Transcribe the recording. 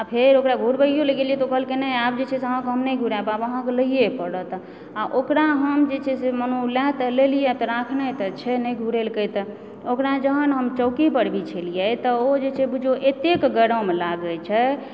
आ फेर ओकरा घुरबिऔ लए गेलियै तऽ ओ कहलकै नहि आब जे छै से अहाँके नहि घुराएब आब अहाँकेँ लए पड़त आ ओकरा हम जे छै से मानु लए तऽ लेलियै तऽ राखने तऽ छै नहि घूरेलकै तऽ ओकरा जहन हम चौकी पर बिछेलियै तऽ ओ जे छै बुझु एतेक गरम लागैत छै